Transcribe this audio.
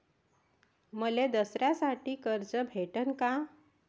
मले दसऱ्यासाठी कर्ज भेटन का?